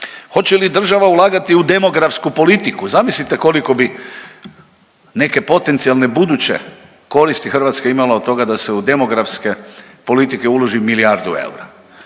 Hoće li država ulagati u demografsku politiku, zamislite koliko bi neke potencijalne, buduće koristi Hrvatska imala od toga da se u demografske politike uloži milijardu eura?